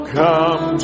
come